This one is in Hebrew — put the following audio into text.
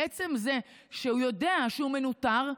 עצם זה שהוא יודע שהוא מנוטר,